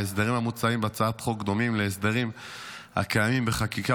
ההסדרים המוצעים בהצעת החוק דומים להסדרים הקיימים בחקיקה,